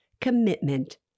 commitment